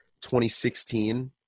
2016